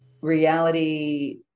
reality